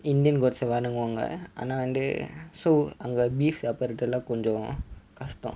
indian gods eh வணங்குவாங்க:vananguvaanga aana vanthu so அங்கே:ange beef சாப்புடுறது எல்லாம் கொஞ்சம் கஷ்டம்:sapudurathu ellam konjam kastham